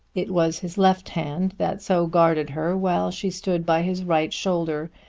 it was his left hand that so guarded her, while she stood by his right shoulder.